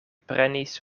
prenis